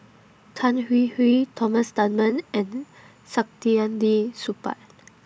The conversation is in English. Tan Hwee Hwee Thomas Dunman and Saktiandi Supaat